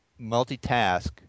multitask